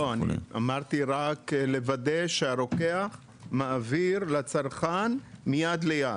לא, אמרתי רק לוודא שהרוקח מעביר לצרכן מיד ליד